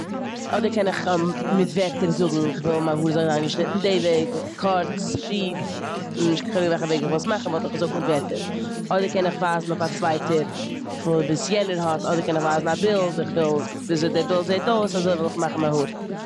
אדער קען איך מיט ווערטער זאגן איך וויל מיין האר זאל זיין געשניטן די וועג, קורץ שיף, נישט קיין חילוק וועלכע וועג איך וויל עס מאכן וואלט איך עס געזאגט מיט ווערטער. אדער קען איך ווייזן אויף א צווייטער איך וויל וואס יענער האט, אדער קען איך ווייזן א בילד, איך וויל וויאזוי די בילד זעט אויס, אזוי וויל איך מאכן מיין האר.